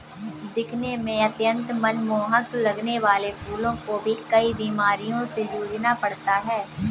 दिखने में अत्यंत मनमोहक लगने वाले फूलों को भी कई बीमारियों से जूझना पड़ता है